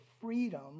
freedom